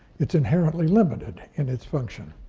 it's inherently limited in its function.